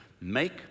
make